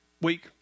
week